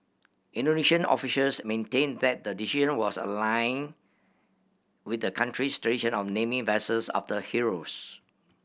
Indonesian officials maintained that the decision was a line with the country's tradition of naming vessels after heroes